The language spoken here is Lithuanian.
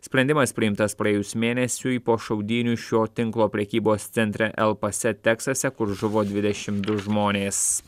sprendimas priimtas praėjus mėnesiui po šaudynių šio tinklo prekybos centre el pase teksase kur žuvo dvidešim du žmonės